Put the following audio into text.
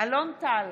אלון טל,